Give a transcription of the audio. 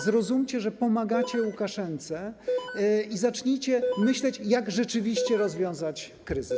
Zrozumcie, że pomagacie Łukaszence, i zacznijcie myśleć, jak rzeczywiście rozwiązać kryzys.